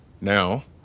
Now